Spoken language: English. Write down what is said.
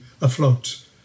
afloat